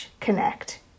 connect